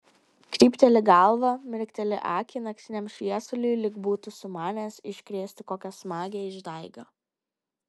krypteli galvą mirkteli akį naktiniam šviesuliui lyg būtų sumanęs iškrėsti kokią smagią išdaigą